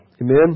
Amen